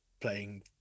playing